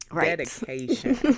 dedication